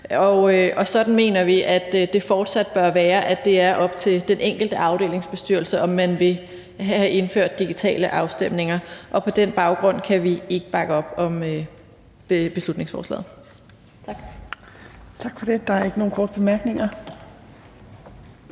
og sådan mener vi det fortsat bør være, altså at det er op til den enkelte afdelingsbestyrelse, om man vil have indført digitale afstemninger. På den baggrund kan vi ikke bakke op om beslutningsforslaget. Kl.